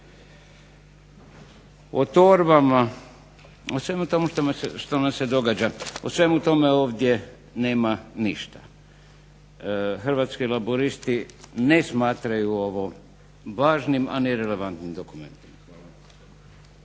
O torbama, o svemu tome što nam se događa, o svemu tome ovdje nema ništa. Hrvatski laburisti ne smatraju ovo važnim, a ne relevantnim dokumentom.